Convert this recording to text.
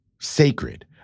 sacred